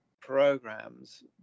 programs